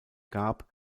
gab